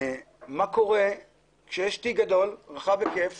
מה קורה כשיש תיק גדול רחב היקף